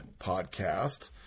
podcast